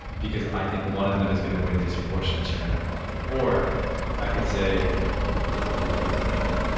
because i think one of them is going to win disproportionate share in that market. or i could say what would be a good example?